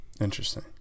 interesting